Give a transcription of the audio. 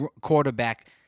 quarterback